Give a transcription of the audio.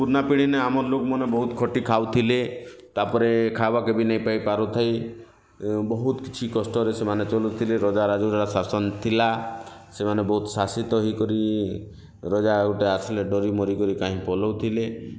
ପୁରୁଣା ପିଢ଼ି ନେ ଆମର୍ ଲୋକ୍ମାନେ ବହୁତ୍ ଖଟି ଖାଉଥିଲେ ତାପରେ ଖାବା କେ ବି ନେଇ ପାଇ ପାରୁ ଥାଇ ବହୁତ୍ କିଛି କଷ୍ଟରେ ସେମାନେ ଚଲୁଥିଲେ ରଜାରାଜୁଡ଼ା ଶାସନ୍ ଥିଲା ସେମାନେ ବହୁତ୍ ଶାସିତ ହେଇ କରି ରଜା ଆଉ ଗୋଟେ ଆସିଲେ ଡରି ମରି କରି କାହିଁ ପଲାଉଥିଲେ